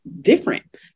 different